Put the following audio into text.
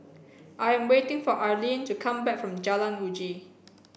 I am waiting for Arlene to come back from Jalan Uji